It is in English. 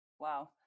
Wow